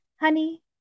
Honey